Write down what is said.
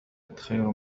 خير